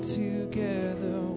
together